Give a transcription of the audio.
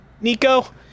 Nico